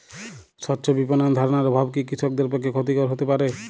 স্বচ্ছ বিপণন ধারণার অভাব কি কৃষকদের পক্ষে ক্ষতিকর হতে পারে?